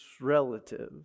relative